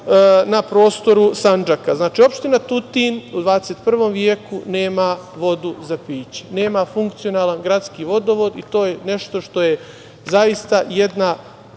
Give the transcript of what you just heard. na prostoru Sandžaka. Opština Tutin u XXI veku nema vodu za piće, nema funkcionalan gradski vodovod. To je nešto što je zaista jedna